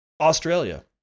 Australia